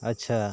ᱟᱪᱪᱷᱟ